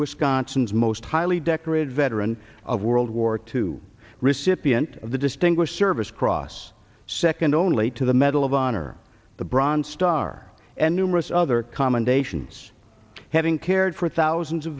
wisconsin's most highly decorated veteran of world war two recipient of the distinguished service cross second only to the medal of honor the bronze star and numerous other commendations having cared for thousands of